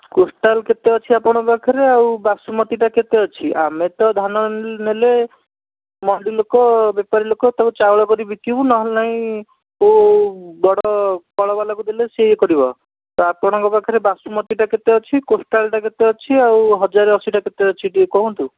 coastal କେତେ ଅଛି ଆପଣଙ୍କ ପାଖରେ ଆଉ ବାସୁମତିଟା କେତେ ଅଛି ଆମେ ତ ଧାନ ନେଲେ ମଣ୍ଡି ଲୋକ ବେପାରୀ ଲୋକ ତାକୁ ଚାଉଳ କରି ବିକିବୁ ନହେଲେ ନାହିଁ କେଉଁ ବଡ଼ କଳବାଲାକୁ ଦେଲେ ସେ ଇଏ କରିବ ତ ଆପଣଙ୍କ ପାଖରେ ବାସୁମତିଟା କେତେ ଅଛି ଆଉ କୋଷ୍ଟାଲଟା କେତେ ଅଛି ଆଉ ହଜାରେ ଅଶୀଟା କେତେ ଅଛି ଟିକିଏ କୁହନ୍ତୁ